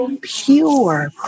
pure